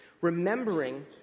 remembering